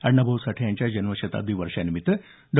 अण्णाभाऊ साठे यांच्या जन्मशताब्दी वर्षानिमित्त डॉ